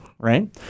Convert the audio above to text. Right